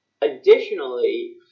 Additionally